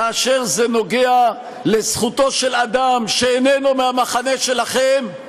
כאשר זה נוגע לזכותו של אדם שאיננו מהמחנה שלכם,